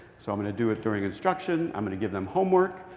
so i'm going to do it during instruction. i'm going to give them homework.